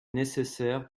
nécessaire